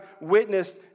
witnessed